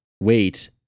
wait